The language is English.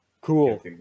cool